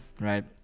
right